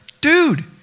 dude